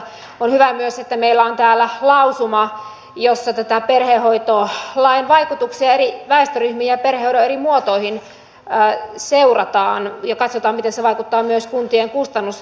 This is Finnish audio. on hyvä myös että meillä on täällä lausuma jossa perhehoitolain vaikutuksia eri väestöryhmiin ja perhehoidon eri muotoihin seurataan ja katsotaan miten se vaikuttaa myös kuntien kustannuskehitykseen